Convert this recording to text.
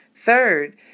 Third